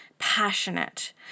passionate